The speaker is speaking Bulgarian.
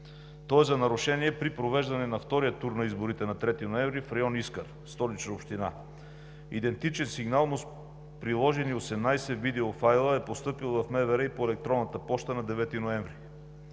който е за нарушение при провеждане на втория тур на изборите на 3 ноември в район Искър – Столична община. Идентичен сигнал, но с приложени 18 видеофайла е постъпил в МВР и по електронната поща на 9 ноември.